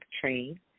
train